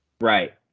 Right